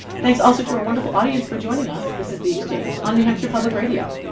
thanks also to our wonderful audience for joining us. this is the exchange on new hampshire public radio.